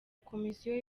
komisiyo